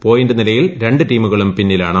point നിലയിൽ ര ു ടീമുകളും പിന്നിലാണ്